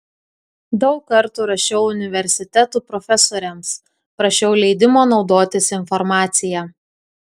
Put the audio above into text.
daug kartų rašiau universitetų profesoriams prašiau leidimo naudotis informacija